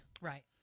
Right